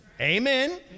Amen